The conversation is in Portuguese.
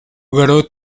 garoto